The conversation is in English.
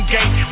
Gate